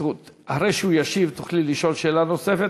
אחרי שהוא ישיב, תוכלי לשאול שאלה נוספת.